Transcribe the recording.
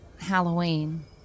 Halloween